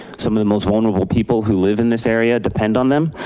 some of the most vulnerable people who live in this area depend on them.